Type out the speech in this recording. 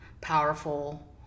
powerful